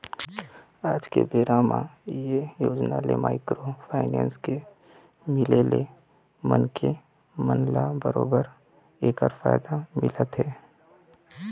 आज के बेरा म ये योजना ले माइक्रो फाइनेंस के मिले ले मनखे मन ल बरोबर ऐखर फायदा मिलत हे